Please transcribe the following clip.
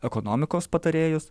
ekonomikos patarėjus